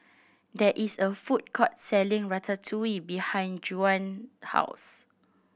there is a food court selling Ratatouille behind Juan house